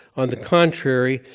on the contrary,